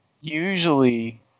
Usually